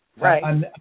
Right